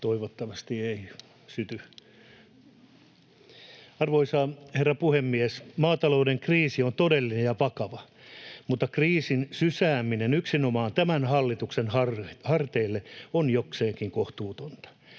Time: 14:56 Content: Arvoisa puhemies! Maatalouden kriisi on todellinen ja vakava, mutta kriisin sysääminen yksinomaan tämän hallituksen harteille on jokseenkin kohtuutonta.